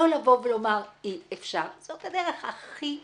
לא לבוא ולומר אי אפשר זאת הדרך הכי קלה.